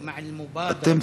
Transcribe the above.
רגע,